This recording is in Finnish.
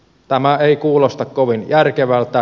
tämä ei kuulosta kovin järkevältä